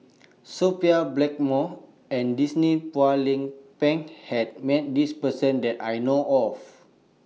Sophia Blackmore and Denise Phua Lay Peng has Met This Person that I know of